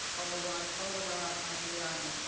olaudah olaudah equiano,